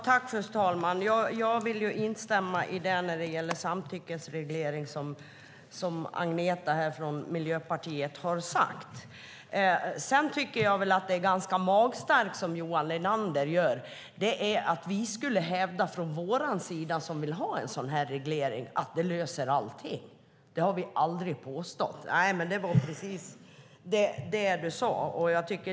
Herr talman! Jag instämmer i det som Agneta Börjesson från Miljöpartiet sade om samtyckesreglering. Det är ganska magstarkt av Johan Linander att säga att vi som vill ha denna reglering hävdar att den skulle lösa allt. Det har vi aldrig påstått.